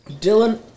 Dylan